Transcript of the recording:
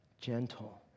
gentle